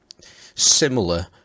similar